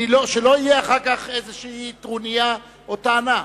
שלא תהיה אחר כך איזושהי טרוניה או טענה.